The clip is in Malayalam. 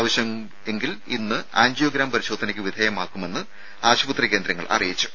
ആവശ്യമെങ്കിൽ ഇന്ന് ആൻജിയോഗ്രാം ശിവശങ്കറിനെ പരിശോധനക്ക് വിധേയനാക്കുമെന്ന് ആശുപത്രി കേന്ദ്രങ്ങൾ അറിയിച്ചു